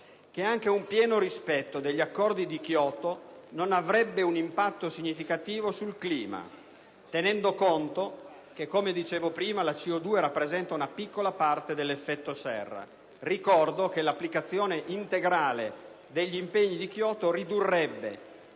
che anche un pieno rispetto degli accordi di Kyoto non avrebbe un impatto significativo sul clima, tenendo conto che - come dicevo prima - la CO2 rappresenta una piccola parte dell'effetto serra. Ricordo che l'applicazione integrale degli impegni di Kyoto ridurrebbe